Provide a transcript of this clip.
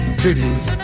treaties